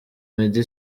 meddy